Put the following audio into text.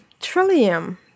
trillium